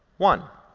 one,